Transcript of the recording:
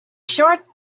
short